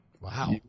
Wow